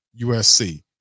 USC